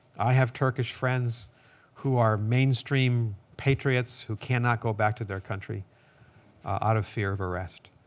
i have turkish friends who are mainstream patriots who cannot go back to their country out of fear of arrest.